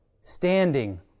Standing